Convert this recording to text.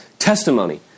Testimony